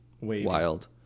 wild